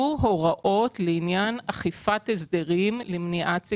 חדל להתקיים בו תנאי מהתנאים הדרושים למינויו,